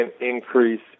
increase